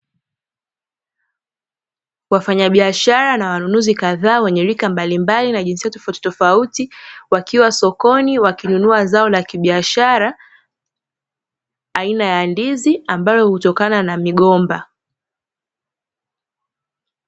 Wafanyabiashara na wanunuzi kadhaa wenye rika mbalimbali na jinsia tofautitofauti, wakiwa sokoni wakinunua zao la kibiashara, aina ya ndizi, ambalo hutokana na migomba.